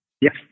Yes